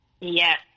Yes